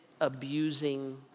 abusing